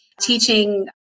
teaching